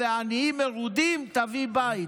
ועניים מרודים תביא בית".